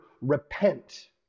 repent